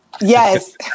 Yes